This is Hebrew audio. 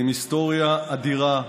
עם היסטוריה אדירה,